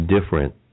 different